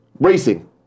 racing